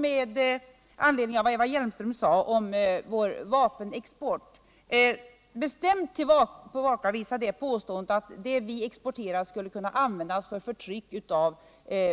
Med anledning av vad Eva Hjelmström sade om vår vapenexport vill jag också bestämt tillbakavisa påståendet att det vi exporterar skulle kunna användas för förtryck av